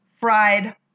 fried